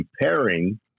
preparing